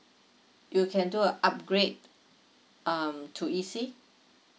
you can do a upgrade um to E_C